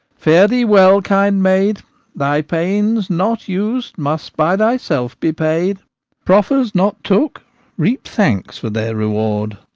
fare thee well, kind maid thy pains, not us'd, must by thyself be paid proffers not took reap thanks for their reward.